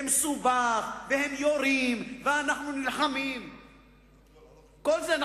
ומסובך, הם יורים ואנחנו נלחמים וכל זה.